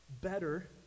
Better